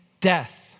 death